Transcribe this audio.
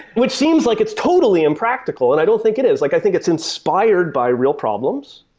which seems like it's totally impractical, and i don't think it is. like i think it's inspired by real problems,